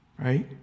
right